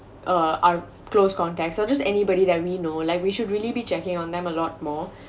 uh close contact so just anybody that we know like we should really be checking on them a lot more